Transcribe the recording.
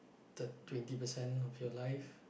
thir~ twenty percent of your life